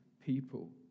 people